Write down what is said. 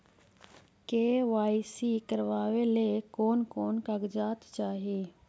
KYC करावे ले कोन कोन कागजात चाही?